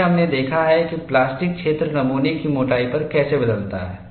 फिर हमने देखा है कि प्लास्टिक क्षेत्र नमूने की मोटाई पर कैसे बदलता है